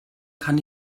kann